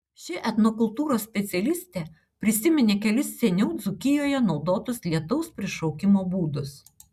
ši etnokultūros specialistė prisiminė kelis seniau dzūkijoje naudotus lietaus prišaukimo būdus